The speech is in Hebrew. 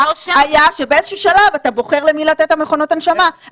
היה שבאיזשהו שלב אתה בוחר למי לתת את מכונות ההנשמה.